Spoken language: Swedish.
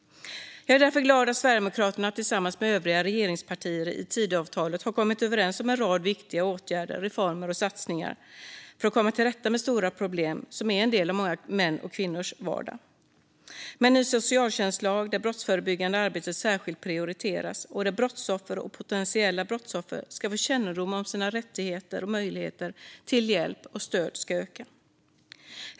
Jag är därför glad att Sverigedemokraterna tillsammans med regeringspartierna i Tidöavtalet har kommit överens om en rad viktiga åtgärder, reformer och satsningar för att komma till rätta med de stora problemen som är en del av många kvinnors och mäns vardag. Hit hör en ny socialtjänstlag där det brottsförebyggande arbetet särskilt prioriteras, där brottsoffer och potentiella brottsoffer ska få kännedom om sina rättigheter och där deras möjligheter till hjälp och stöd ska öka.